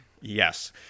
Yes